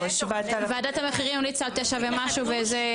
ועדת המחירים המליצה על 9 ומשהו וזה?